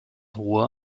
ruhr